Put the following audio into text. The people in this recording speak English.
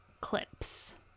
clips